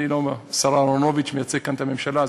השר אהרונוביץ מייצג כאן את הממשלה,